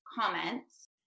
comments